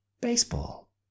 Baseball